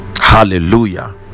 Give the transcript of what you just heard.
hallelujah